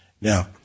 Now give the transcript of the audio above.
Now